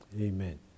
Amen